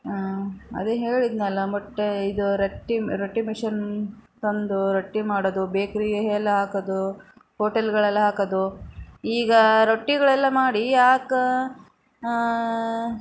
ಅದೇ ಹೇಳಿದೆನಲ್ಲ ಮೊಟ್ಟೆ ಇದು ರೊಟ್ಟಿ ರೊಟ್ಟಿ ಮಿಷನ್ ತಂದು ರೊಟ್ಟಿ ಮಾಡೋದು ಬೇಕ್ರಿ ಎಲ್ಲ ಹಾಕೋದು ಹೋಟೆಲ್ಗಳೆಲ್ಲ ಹಾಕೋದು ಈಗ ರೊಟ್ಟಿಗಳೆಲ್ಲ ಮಾಡಿ ಹಾಕ